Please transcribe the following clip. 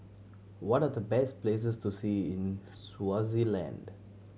what are the best places to see in Swaziland